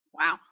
Wow